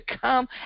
come